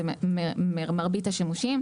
זה מרבית השימושים,